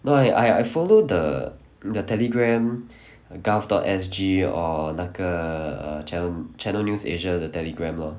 no I I I follow the the Telegram gov dot S_G or 那个 err chan~ Channel News Asia 的 Telegram lor